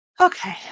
Okay